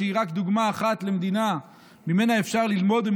שהיא רק דוגמה אחת למדינה שממנה אפשר ללמוד,